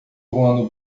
voando